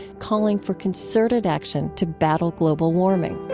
calling for concerted action to battle global warming.